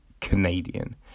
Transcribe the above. Canadian